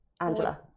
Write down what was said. Angela